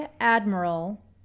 admiral